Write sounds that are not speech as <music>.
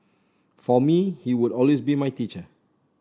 for me he would <unintelligible> be my teacher